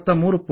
888 53